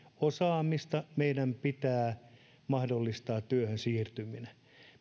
osaamista meidän pitää mahdollistaa työhön siirtyminen